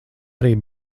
arī